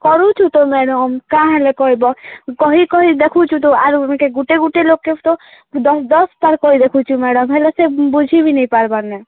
କରୁଛୁ ତ ମ୍ୟାଡ଼ାମ୍ କାଁ ହେଲେ କହିବ କହି କହି ଦେଖୁଛ ତ ଆରୁ ଗୁଟେ ଗୁଟେ ଲୋକ ତ ଦଶ ଦଶ ଥର କହି ରଖୁଛୁ ମ୍ୟାଡ଼ାମ୍ ହେଲେ ସେ ବୁଝି ବି ନାଇଁ ପାର୍ବା ନେ